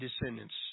descendants